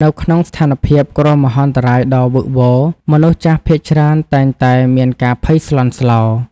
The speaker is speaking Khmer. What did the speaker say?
នៅក្នុងស្ថានភាពគ្រោះមហន្តរាយដ៏វឹកវរ មនុស្សចាស់ភាគច្រើនតែងតែមានការភ័យស្លន់ស្លោ។